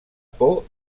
por